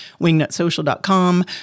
wingnutsocial.com